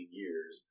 years